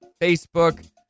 Facebook